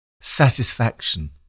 satisfaction